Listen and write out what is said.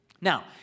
Now